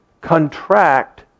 contract